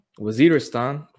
Waziristan